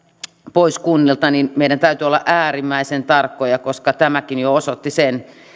pois kunnilta niin meidän täytyy olla äärimmäisen tarkkoja koska tämäkin jo osoitti sen